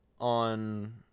on